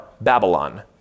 Babylon